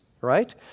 right